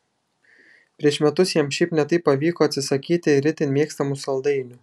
prieš metus jam šiaip ne taip pavyko atsisakyti ir itin mėgstamų saldainių